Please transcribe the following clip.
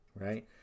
right